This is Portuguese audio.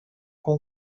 com